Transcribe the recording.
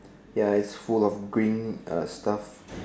ya it's full of green uh stuff